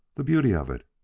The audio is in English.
the beauty of it!